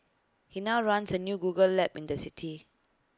he now runs A new Google lab in that city